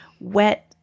wet